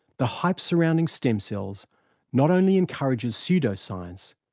the hype surrounding stem cells not only encourages pseudo-science,